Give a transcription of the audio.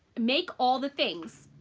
make all the things.